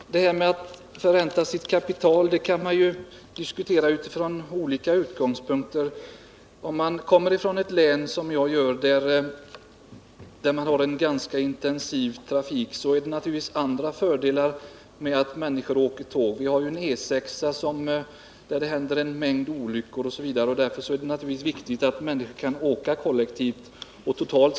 Herr talman! Frågan om att SJ skall förränta sitt kapital kan man diskutera utifrån olika utgångspunkter. När det gäller ett län som det jag kommer från med en ganska intensiv trafik, är det naturligtvis speciella fördelar med att människor åker tåg. Vi har ju E 6:an där det händer en mängd olyckor, och därför är det viktigt att människor åker kollektivt.